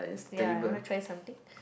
ya you wanna try something